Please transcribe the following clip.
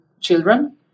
children